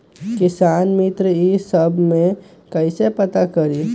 किसान मित्र ई सब मे कईसे पता करी?